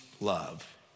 love